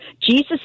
Jesus